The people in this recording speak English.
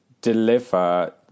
deliver